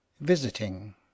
Visiting